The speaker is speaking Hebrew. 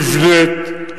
נבנית,